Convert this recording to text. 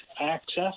access